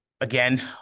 Again